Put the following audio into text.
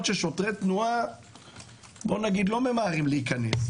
ששוטרי התנועה לא ממהרים להיכנס אליהם בפזורה.